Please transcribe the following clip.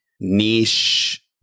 niche